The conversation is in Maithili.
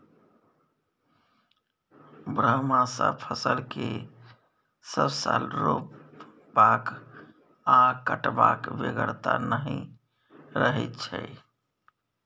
बरहमासा फसल केँ सब साल रोपबाक आ कटबाक बेगरता नहि रहै छै